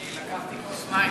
אני רק לקחתי כוס מים.